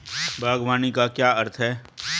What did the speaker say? बागवानी का क्या अर्थ है?